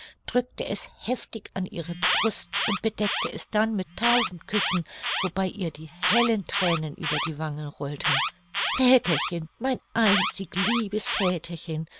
drückte es heftig an ihre brust und bedeckte es dann mit tausend küssen wobei ihr die hellen thränen über die wangen rollten väterchen mein einzig liebes väterchen